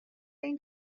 این